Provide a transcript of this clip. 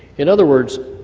in other words,